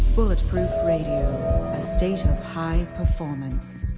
bulletproof radio, a state of high performance.